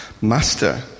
master